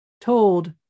told